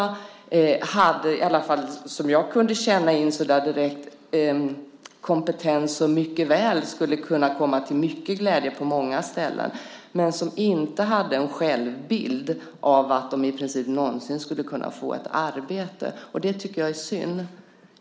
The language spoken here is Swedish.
De hade, i alla fall som jag kunde känna in så där direkt, kompetens som mycket väl skulle kunna vara till glädje på många ställen, men de hade inte självbilden att de någonsin skulle kunna få ett arbete. Det tycker jag är synd.